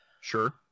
Sure